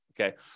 okay